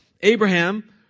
Abraham